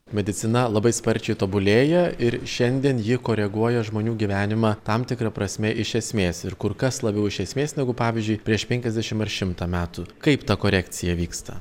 medicina labai sparčiai tobulėja ir šiandien ji koreguoja žmonių gyvenimą tam tikra prasme iš esmės ir kur kas labiau iš esmės negu pavyzdžiui prieš penkiasdešimt ar šimtą metų kaip ta korekcija vyksta